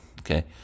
Okay